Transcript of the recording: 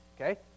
okay